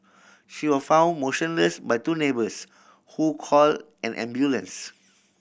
she was found motionless by two neighbours who call an ambulance